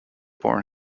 born